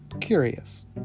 curious